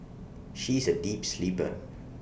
she is A deep sleeper